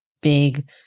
big